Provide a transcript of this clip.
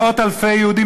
מאות-אלפי יהודים,